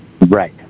Right